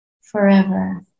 forever